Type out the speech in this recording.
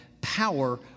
power